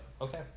okay